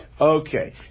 Okay